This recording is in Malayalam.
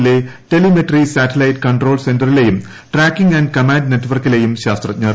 യിലെ ടെലിമെട്രി സാറ്റലൈറ്റ് കൺട്രോൾ സെന്ററിലെയും ട്രാക്കിങ് ആന്റ് കമാൻഡ് നെറ്റ്വർക്കിലെയും ശാസ്ത്രജ്ഞർ